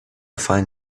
find